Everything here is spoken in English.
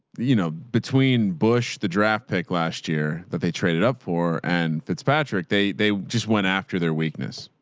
you know, between bush, the draft pick last year that they traded up for and fitzpatrick, they, they just went after their weakness.